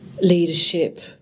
leadership